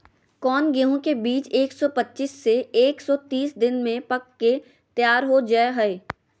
कौन गेंहू के बीज एक सौ पच्चीस से एक सौ तीस दिन में पक के तैयार हो जा हाय?